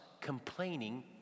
complaining